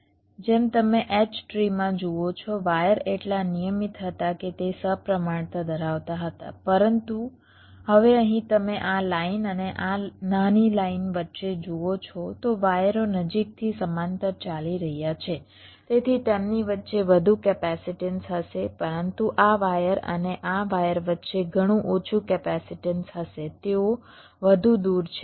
જેમ તમે H ટ્રીમાં જુઓ છો વાયર એટલા નિયમિત હતા કે તે સપ્રમાણતા ધરાવતા હતા પરંતુ હવે અહીં તમે આ લાઈન અને આ નાની લાઈન વચ્ચે જુઓ છો તો વાયરો નજીકથી સમાંતર ચાલી રહ્યા છે તેથી તેમની વચ્ચે વધુ કેપેસિટન્સ હશે પરંતુ આ વાયર અને આ વાયર વચ્ચે ઘણું ઓછું કેપેસિટન્સ હશે તેઓ વધુ દૂર છે